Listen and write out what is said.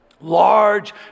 Large